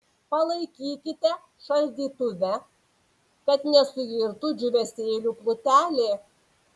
palaikykite šaldytuve kad nesuirtų džiūvėsėlių plutelė